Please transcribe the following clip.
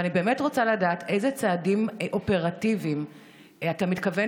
אני באמת רוצה לדעת איזה צעדים אופרטיביים אתה מתכוון